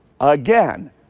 again